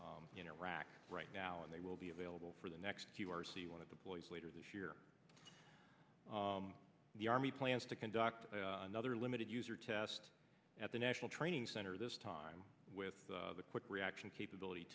in iraq right now and they will be available for the next few r c one of the boys later this year the army plans to conduct another limited user test at the national training center this time with the quick reaction capability